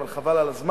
אבל חבל על הזמן,